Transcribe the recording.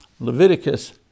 Leviticus